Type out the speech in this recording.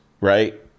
right